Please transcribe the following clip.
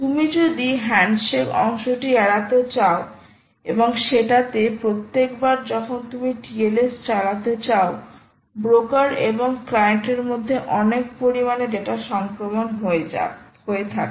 আপনি যদি হ্যান্ডশেক অংশটি এড়াতে চাও এবং সেটাতে প্রত্যেকবার যখন তুমি TLS চালাতে চাও ব্রোকার এবং ক্লায়েন্টের মধ্যে অনেক পরিমাণে ডেটা সংক্রমণ হয়ে থাকে